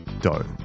dough